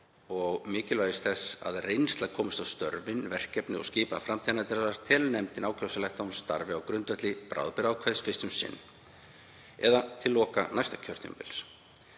og mikilvægis þess að reynsla komist á störf, verkefni og skipun framtíðarnefndar telur nefndin ákjósanlegt að hún starfi á grundvelli bráðabirgðaákvæðis fyrst um sinn, eða til loka næsta kjörtímabils.